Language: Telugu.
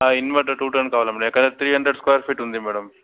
ఇన్వటర్ టూ టన్ కావాలి మ్యాడమ్ ఇక్కడ త్రీ హండ్రెడ్ స్క్వేర్ ఫీట్ ఉంది మ్యాడమ్